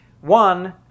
one